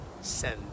send